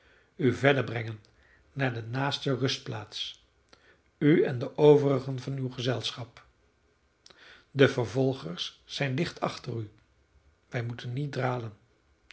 u verder brengen naar de naaste rustplaats u en de overigen van uw gezelschap de vervolgers zijn dicht achter u wij moeten niet dralen